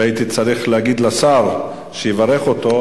והייתי צריך להגיד לשר לברך אותו,